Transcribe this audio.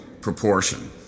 proportion